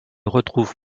retrouve